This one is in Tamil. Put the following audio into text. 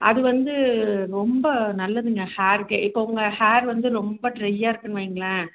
அது வந்து ரொம்ப நல்லதுங்க ஹேர்க்கே இப்போது உங்கள் ஹேர் வந்து ரொம்ப ட்ரையாக இருக்குன்னு வையுங்களேன்